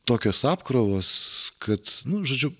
tokios apkrovos kad nu žodžiu